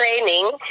training